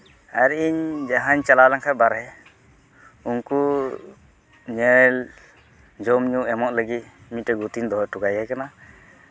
ᱟᱨ ᱤᱧ ᱡᱟᱦᱟᱸᱧ ᱪᱟᱞᱟᱣ ᱞᱮᱱᱠᱷᱟᱡ ᱵᱟᱦᱨᱮ ᱩᱱᱠᱩ ᱧᱮᱞ ᱡᱚᱢᱼᱧᱩ ᱮᱢᱚᱜ ᱞᱟᱹᱜᱤᱫ ᱢᱤᱫᱴᱮᱡ ᱜᱩᱛᱤᱧ ᱫᱚᱦᱚ ᱦᱚᱴᱚ ᱠᱟᱭ ᱠᱟᱱᱟ